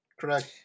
correct